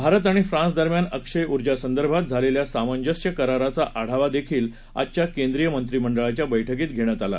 भारत आणि फ्रान्सदरम्यान अक्षय ऊर्जासंदर्भात झालेल्या सामंजस्य कराराचा आढावादेखील आजच्या केंद्रीय मंत्रीमंडळाच्या बैठकीत घेण्यात आला